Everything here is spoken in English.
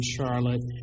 Charlotte